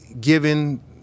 given